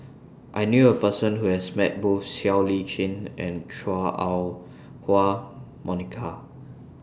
I knew A Person Who has Met Both Siow Lee Chin and Chua Ah Huwa Monica